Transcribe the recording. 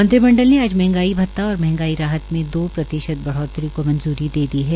मंत्रिमंडल ने आज मंहगाई भत्ता और मंहगाई राहत में दो प्रतिशत बढ़ोतरी की मंजूरी दे दी है